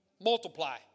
multiply